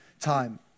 time